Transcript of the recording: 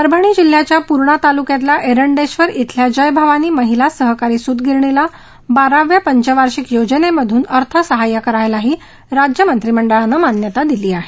परभणी जिल्ह्याच्या पूर्णा तालुक्यातल्या एरंडेश्वर इथल्या जय भवानी महिला सहकारी सुतगिरणीला बाराव्या पंचवार्षिक योजनेमधून अर्थसहाय्यालाही राज्य मंत्रिमंडळानं मान्यता दिली आहे